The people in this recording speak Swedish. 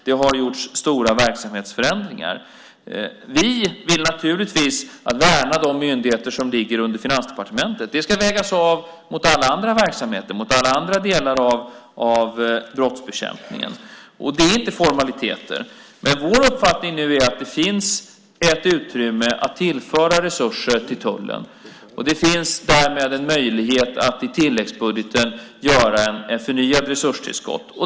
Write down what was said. Det har gjorts stora verksamhetsförändringar. Vi vill naturligtvis värna de myndigheter som ligger under Finansdepartementet. Det ska vägas av mot alla andra verksamheter och mot alla andra delar av brottsbekämpningen. Det är inte formaliteter. Men vår uppfattning nu är att det finns ett utrymme att tillföra resurser till tullen, och det finns därmed en möjlighet att i tilläggsbudgeten göra ett förnyat resurstillskott.